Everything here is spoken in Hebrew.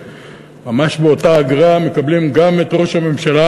ממש באותה אגרה מקבלים גם את ראש הממשלה